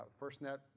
FirstNet